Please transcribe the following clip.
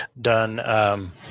done